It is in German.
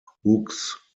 hughes